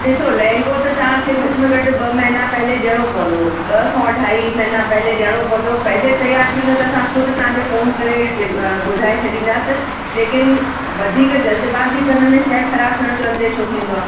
ॾिसो लेहंगो त तव्हांखे घटि में घटि ॿ महीना पहिरियों ॾियणो पवंदो ॿ खां अढाई महीना पहिरियों ॾियणो पवंदो पहिरियों तयार थी वेंदो त असां ख़ुदि तव्हांखे फोन करे ॿुधाए छॾींदासीं लेकिन वधीक जल्दबाज़ी करण में शइ खराब थियण जो अंदेशो थींदो आहे